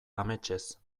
ametsez